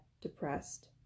depressed